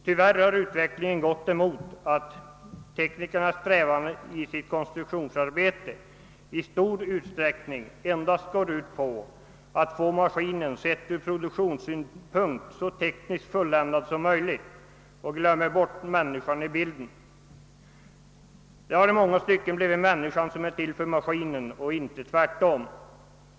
Tyvärr har utvecklingen gått mot att teknikernas strävan i konstruktionsarbetet i stor utsträckning är inriktad på att få maskinen så tekniskt fulländad som möjligt ur produktionssynpunkt, medan de glömt bort människan. Det har i långa stycken blivit så att människan är till för maskinen och inte tvärtom.